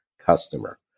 customer